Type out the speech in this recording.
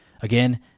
Again